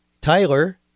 Tyler